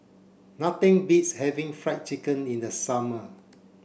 nothing beats having fried chicken in the summer